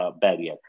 barrier